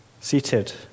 seated